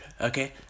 okay